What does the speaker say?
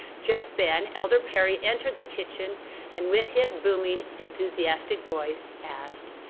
just then, elder perry entered the kitchen and with his booming, enthusiastic voice asked,